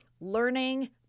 learning